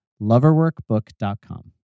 Loverworkbook.com